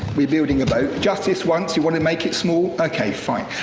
we're building a boat. just this once, you want to make it small. okay, fine.